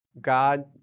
god